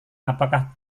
apakah